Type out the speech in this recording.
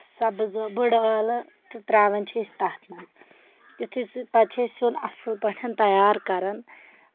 سَبٕز بڑٕ ٲلہٕ تہٕ تراوان چھِ أسۍ تَتھ منٛز یُتھٕے سُہ پتہِ چھِ أسۍ اَصٕل پٲٹھۍ تَیار کَران